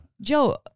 joe